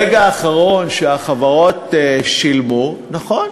וברגע האחרון החברות שילמו, נכון,